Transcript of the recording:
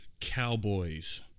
Cowboys –